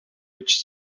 which